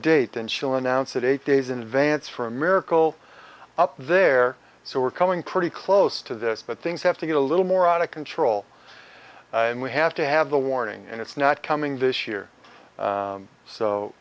date and chill announced that eight days in advance for a miracle up there so we're coming pretty close to this but things have to get a little more out of control and we have to have the warning and it's not coming this year